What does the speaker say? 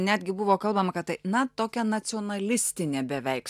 netgi buvo kalbama kad tai na tokia nacionalistinė beveik